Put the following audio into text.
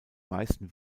meisten